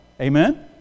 Amen